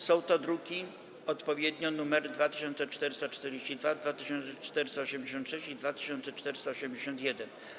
Są to odpowiednio druki nr 2442, 2486 i 2481.